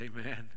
Amen